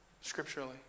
Scripturally